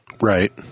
Right